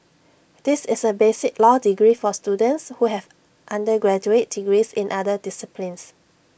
this is A basic law degree for students who have undergraduate degrees in other disciplines